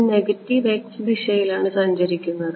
ഇത് negative x ദിശയിലാണ് സഞ്ചരിക്കുന്നത്